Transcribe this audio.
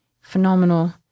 Phenomenal